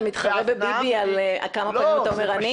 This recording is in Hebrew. אתה מתחרה בביבי על כמה פעמים אתה אומר 'אני'?